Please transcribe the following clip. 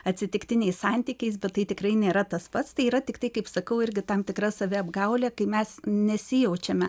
atsitiktiniais santykiais bet tai tikrai nėra tas pats tai yra tiktai kaip sakau irgi tam tikra saviapgaulė kai mes nesijaučiame